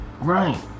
right